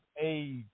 age